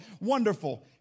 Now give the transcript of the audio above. Wonderful